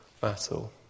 battle